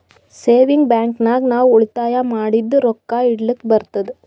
savings bank ನಾಗ್ ನಾವ್ ಉಳಿತಾಯ ಮಾಡಿದು ರೊಕ್ಕಾ ಇಡ್ಲಕ್ ಬರ್ತುದ್